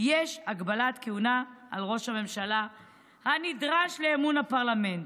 יש הגבלת כהונה על ראש הממשלה הנדרש לאמון הפרלמנט?